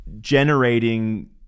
generating